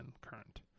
current